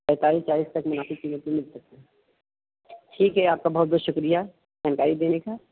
پینتالیس چالیس تک مناسب قیمت میں مل سکتے ہیں ٹھیک ہے آپ کا بہت بہت شکریہ جانکاری دینے کا